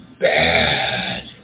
bad